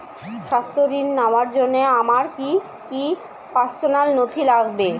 স্বাস্থ্য ঋণ নেওয়ার জন্য আমার কি কি পার্সোনাল নথি লাগবে?